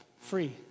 free